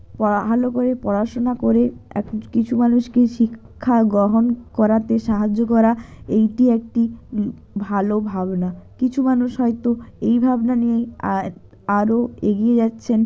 পড়া ভালো করে পড়াশোনা করে কিছু মানুষকে শিক্ষা গ্রহণ করাতে সাহায্য করা এইটি একটি ভালো ভাবনা কিছু মানুষ হয়তো এই ভাবনা নিয়েই আরও এগিয়ে যাচ্ছেন